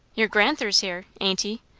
your gran'ther's here, ain't he?